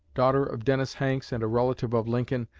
daughter of dennis hanks and a relative of lincoln,